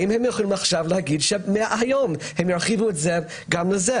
האם הם יכולים להגיד שהם ירחיבו את זה גם למקרים כאלה?